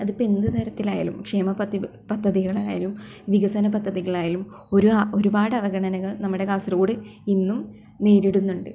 അതിപ്പം എന്ത് തരത്തിലായാലും ക്ഷേമ പദ്യ പദ്ധതികളായാലും വികസന പദ്ധതികളായാലും ഒരു ഒരുപാട് അവഗണനകൾ നമ്മുടെ കാസർഗോട് ഇന്നും നേരിടുന്നുണ്ട്